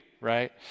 right